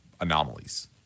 anomalies